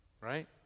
right